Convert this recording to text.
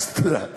תודה.